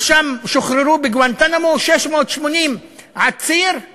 שוחררו מגואנטנמו 680 עצירים